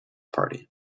party